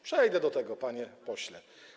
Przejdę do tego, panie pośle.